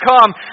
come